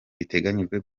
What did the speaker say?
biteganyijwe